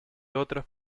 otras